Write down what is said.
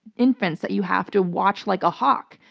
infants, that you have to watch like a hawk.